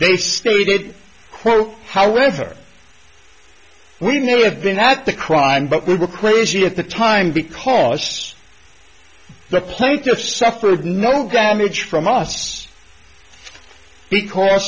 they stated quote however we never have been at the crime but we were crazy at the time because the plaintiffs suffered no damage from us because